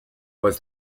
was